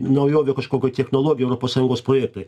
naujovių kažkokių technologijų europos sąjungos projektai